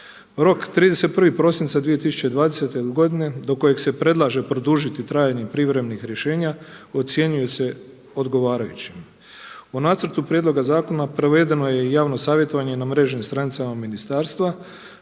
Rok 31. prosinca 2020. godine do kojeg se predlaže produžiti trajanje privremenih rješenja ocjenjuje se odgovarajućim. O nacrtu prijedloga zakona provedeno je i javno savjetovanje na mrežnim stranicama ministarstva.